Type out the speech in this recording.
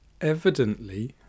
evidently